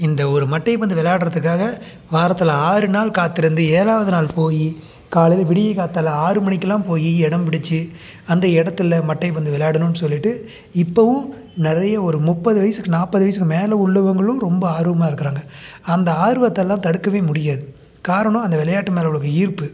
இந்த ஒரு மட்டைப்பந்து விளையாடுறதுக்காக வாரத்தில் ஆறு நாள் காத்திருந்து ஏழாவது நாள் போய் காலையில் விடியக்கார்த்தால ஆறு மணிக்கெல்லாம் போய் இடம் பிடிச்சு அந்த இடத்துல மட்டைப்பந்து விளையாடுணும்னு சொல்லிவிட்டு இப்போவும் நிறைய ஒரு முப்பது வயதுக்கு நாற்பது வயதுக்கு மேல் உள்ளவங்களும் ரொம்ப ஆர்வமாக இருக்கிறாங்க அந்த ஆர்வத்தெயெல்லாம் தடுக்கவே முடியாது காரணம் அந்த விளையாட்டு மேலேவுள்ள ஈர்ப்பு